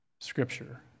scripture